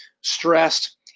stressed